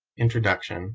introduction